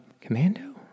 commando